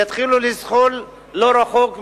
יתחילו לזחול לא רחוק מאילת.